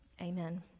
Amen